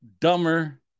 dumber